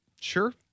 Sure